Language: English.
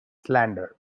slander